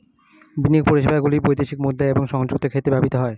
বিনিময় পরিষেবাগুলি বৈদেশিক মুদ্রা এবং সংযুক্ত ক্ষেত্রে ব্যবহৃত হয়